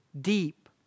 deep